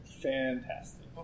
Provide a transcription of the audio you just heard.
Fantastic